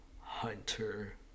Hunter